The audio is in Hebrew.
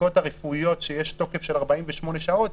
הבדיקות הרפואיות, שיש תוקף של 48 שעות.